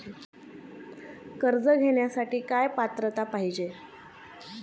कर्ज घेण्यासाठी काय पात्रता पाहिजे?